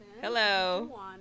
Hello